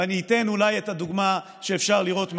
ואני אתן אולי את הדוגמה שאפשר לראות מהיום,